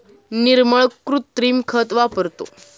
निर्मल कृत्रिम खत वापरतो